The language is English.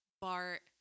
Bart